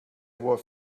were